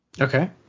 Okay